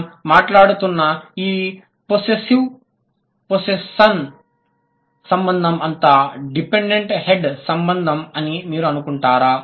మనం మాట్లాడుతున్న ఈ పొస్సెస్సివ్ పొసిషన్ సంబంధం అంతా డిపెండెంట్ హెడ్ సంబంధం అని మీరు అనుకుంటున్నారా